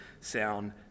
sound